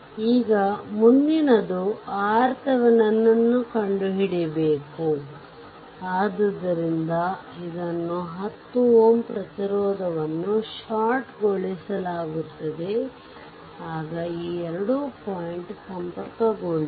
ಈಗ ಮುಂದಿನದು RThevenin ಕಂಡುಹಿಡಿಯಬೇಕು ಆದ್ದರಿಂದ ಇದನ್ನು 10 Ω ಪ್ರತಿರೋಧವನ್ನು ಷಾರ್ಟ್ ಗೊಳಿಸಲಾಗುತ್ತದೆ ಆಗ ಈ 2 ಪಾಯಿಂಟ್ ಸಂಪರ್ಕಗೊಂಡಿದೆ